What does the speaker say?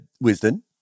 Wisdom